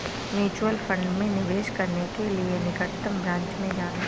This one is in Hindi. म्यूचुअल फंड में निवेश करने के लिए निकटतम ब्रांच में जाना